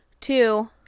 two